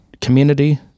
community